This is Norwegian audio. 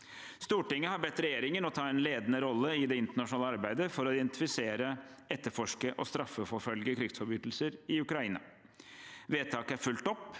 Stortinget har bedt regjeringen om å ta en ledende rolle i det internasjonale arbeidet for å identifisere, etterforske og straffeforfølge krigsforbrytelser i Ukraina. Vedtaket er fulgt opp